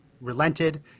relented